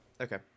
okay